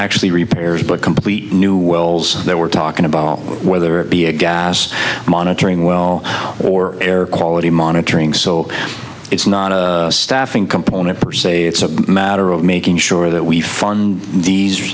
actually repairs but complete new wells that we're talking about whether it be a gas monitoring well or air quality monitoring so it's not a staffing component per se it's a matter of making sure that we farm these